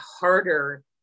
harder